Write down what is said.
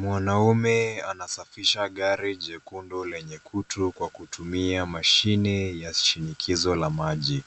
Mwanaume anasafisha gari jekundu lenye kutu kwa kutumia mashini ya shinikizo la maji.